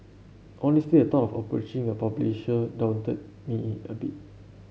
honestly the thought of approaching a publisher daunted me a bit